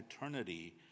eternity